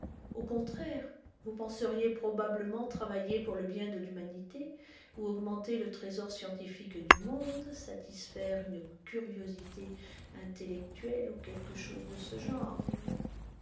au contraire vous penseriez probablement travailler pour le bien de l'humanité ou augmenter le trésor scientifique du monde satisfaire une curiosité intellectuelle ou quelque chose de ce genre